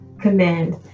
command